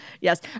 Yes